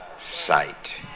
sight